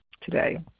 today